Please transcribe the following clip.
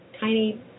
tiny